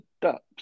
Ducks